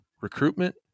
recruitment